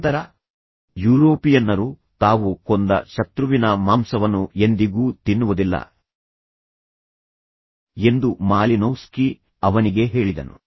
ನಂತರ ಯುರೋಪಿಯನ್ನರು ತಾವು ಕೊಂದ ಶತ್ರುವಿನ ಮಾಂಸವನ್ನು ಎಂದಿಗೂ ತಿನ್ನುವುದಿಲ್ಲ ಎಂದು ಮಾಲಿನೋವ್ಸ್ಕಿ ಅವನಿಗೆ ಹೇಳಿದನು